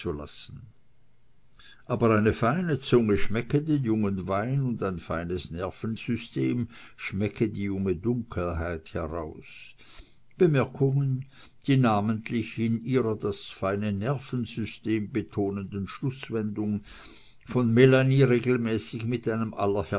aber eine feine zunge schmecke den jungen wein und ein feines nervensystem schmecke die junge dunkelheit heraus bemerkungen die namentlich in ihrer das feine nervensystem betonenden schlußwendung von melanie regelmäßig mit einem